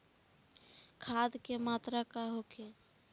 खाध के मात्रा का होखे?